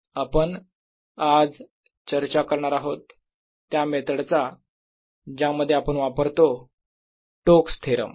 आपण आज चर्चा करणार आहोत त्या मेथड चा ज्यामध्ये आपण वापरतो स्टोक्स थेरम